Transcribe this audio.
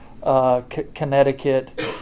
Connecticut